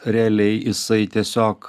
realiai jisai tiesiog